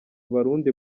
burundi